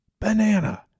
banana